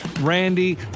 Randy